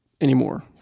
anymore